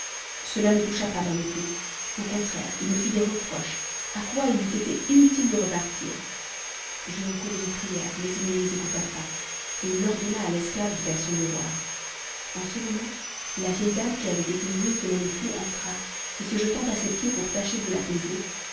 cela ne toucha pas mon époux au contraire il me fit des reproches à quoi il eût été inutile de repartir j'eus recours aux prières mais il ne les écouta pas et il ordonna à l'esclave de faire son devoir en ce moment la vieille dame qui avait été nourrice de mon époux entra et se jetant à ses pieds pour tâcher de l'apaiser